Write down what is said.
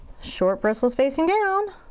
short bristles facing down.